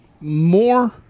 more